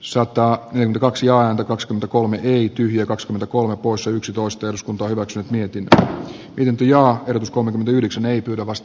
saattaa tosiaan kaks kolme heikki ja kaks kolme poissa yksitoista eduskunta hyväksyi mietin mitä pitempi on kolmekymmentäyhdeksän ei tuoda vast